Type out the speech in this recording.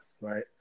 right